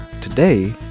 today